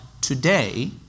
today